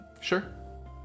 Sure